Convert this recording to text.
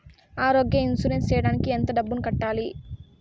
ఆరోగ్య ఇన్సూరెన్సు సేయడానికి ఎంత డబ్బుని కట్టాలి?